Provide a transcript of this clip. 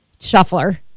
shuffler